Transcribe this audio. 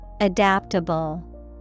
Adaptable